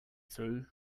through